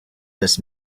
this